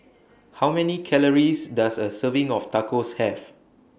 How Many Calories Does A Serving of Tacos Have